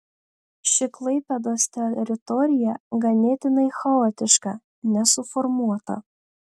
ši klaipėdos teritorija ganėtinai chaotiška nesuformuota